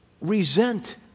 resent